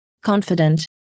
confident